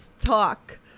talk